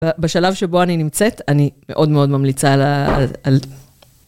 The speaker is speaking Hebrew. בשלב שבו אני נמצאת, אני מאוד מאוד ממליצה על...